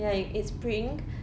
ya it's spring